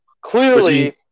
Clearly –